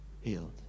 healed